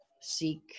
seek